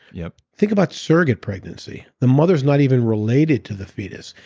yep. think about surrogate pregnancy. the mother's not even related to the fetus.